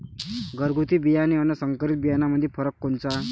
घरगुती बियाणे अन संकरीत बियाणामंदी फरक कोनचा?